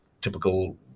typical